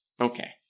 Okay